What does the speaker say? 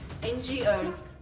NGOs